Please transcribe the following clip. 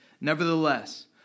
Nevertheless